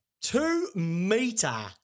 Two-meter